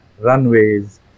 runways